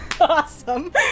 Awesome